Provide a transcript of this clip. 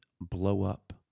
blow-up